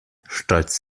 stolz